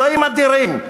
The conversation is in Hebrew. אלוהים אדירים,